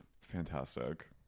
Fantastic